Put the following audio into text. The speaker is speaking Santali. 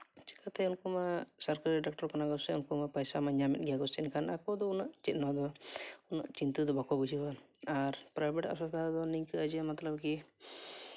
ᱪᱤᱠᱟᱹᱛᱮ ᱩᱱᱠᱩ ᱢᱟ ᱥᱚᱨᱠᱟᱨᱤ ᱰᱟᱠᱴᱚᱨ ᱠᱟᱱᱟ ᱠᱚᱥᱮ ᱩᱱᱠᱩ ᱢᱟ ᱯᱚᱭᱥᱟ ᱢᱟ ᱧᱟᱢᱮᱫ ᱜᱮᱭᱟ ᱠᱚᱥᱮ ᱮᱱᱠᱷᱟᱱ ᱟᱠᱚ ᱫᱚ ᱩᱱᱟᱹᱜ ᱪᱮᱫ ᱦᱚᱸ ᱩᱱᱟᱹᱜ ᱪᱤᱱᱛᱟᱹ ᱫᱚ ᱵᱟᱠᱚ ᱵᱩᱡᱷᱟᱹᱣᱟ ᱟᱨ ᱯᱨᱟᱭᱵᱷᱮᱹᱴ ᱦᱟᱥᱯᱟᱛᱟᱞ ᱨᱮᱫᱚ ᱱᱤᱝᱠᱟᱹ ᱠᱤ ᱢᱚᱛᱞᱚᱵ ᱠᱤ